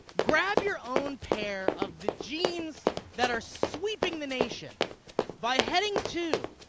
grab your own pair of the jeans that are sweeping the nation by heading to